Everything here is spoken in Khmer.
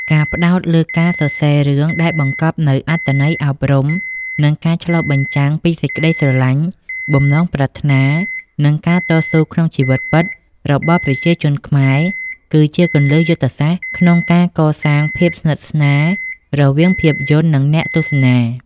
ការផ្ដោតលើការសរសេររឿងដែលបង្កប់នូវអត្ថន័យអប់រំ និងការឆ្លុះបញ្ចាំងពីសេចក្ដីស្រឡាញ់ បំណងប្រាថ្នា និងការតស៊ូក្នុងជីវិតពិតរបស់ប្រជាជនខ្មែរ គឺជាគន្លឹះយុទ្ធសាស្ត្រក្នុងការកសាងភាពស្និទ្ធស្នាលរវាងភាពយន្ត និងអ្នកទស្សនា។